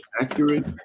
accurate